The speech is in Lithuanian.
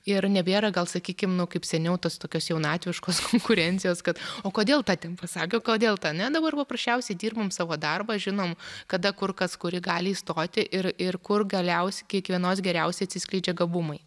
ir nebėra gal sakykim nu kaip seniau tos tokios jaunatviškos konkurencijos kad o kodėl ta ten pasakė o kodėl ne dabar paprasčiausiai dirbam savo darbą žinom kada kur kas kuri gali įstoti ir ir kur galiausi kiekvienos geriausiai atsiskleidžia gabumai